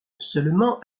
seulement